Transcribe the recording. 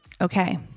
Okay